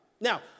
Now